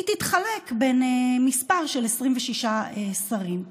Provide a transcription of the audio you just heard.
תתחלק בין מספר של 26 שרים.